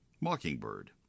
Mockingbird